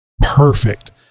Perfect